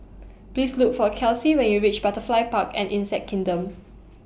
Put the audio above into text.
Please Look For Kelsie when YOU REACH Butterfly Park and Insect Kingdom